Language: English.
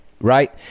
right